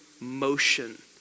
motion